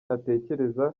atekereza